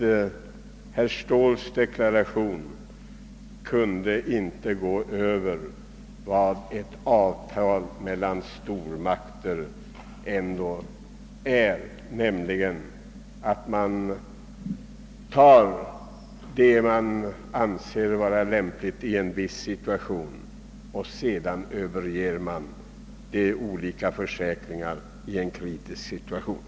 Men herr Ståhls deklaration gav ingenting utöver vad som är känt genom avtalet mellan stormakterna, nämligen att man i en viss situation utfärdar de garantier som anses lämpliga men sedan, när läget blir kritiskt, frångår försäkringarna.